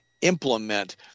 implement